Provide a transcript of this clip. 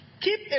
Keep